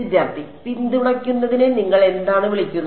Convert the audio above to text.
വിദ്യാർത്ഥി പിന്തുണയ്ക്കുന്നതിനെ നിങ്ങൾ എന്താണ് വിളിക്കുന്നത്